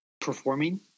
performing